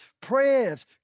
prayers